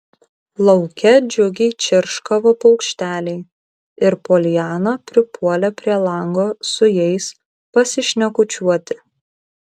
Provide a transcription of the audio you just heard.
lauke džiugiai čirškavo paukšteliai ir poliana pripuolė prie lango su jais pasišnekučiuoti